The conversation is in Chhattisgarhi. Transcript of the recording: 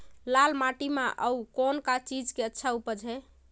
लाल माटी म अउ कौन का चीज के अच्छा उपज है?